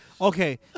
Okay